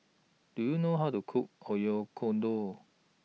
Do YOU know How to Cook Oyakodon